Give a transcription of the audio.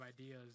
ideas